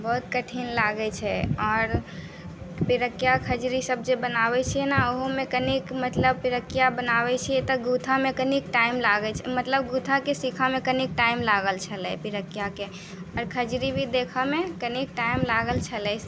बहुत कठिन लागै छै आओर पिरकिया खजूरी सब जे बनाबै छियै ने ओहो मे कनिक मतलब पिरकिया बनाबे छियै तऽ गूँथऽ मे कनी टाइम लागै छै मतलब गूँथऽ के सीखऽ मे कनिक टाइम लागल छलै पिरकिया के खजूरी मे देखय मे कनी टाइम लागल छलै